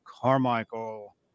Carmichael